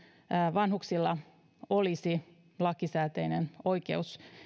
vanhuksilla olisi lakisääteinen oikeus